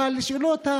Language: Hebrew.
אבל השאלות,